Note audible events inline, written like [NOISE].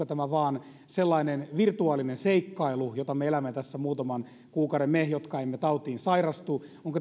[UNINTELLIGIBLE] tämä vain sellainen virtuaalinen seikkailu jota me elämme tässä muutaman kuukauden onko tämä meille jotka emme tautiin sairastu